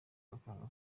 bakanga